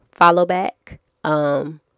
followback